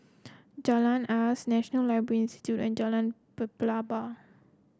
Jalan Asas National Library Institute and Jalan Pelepah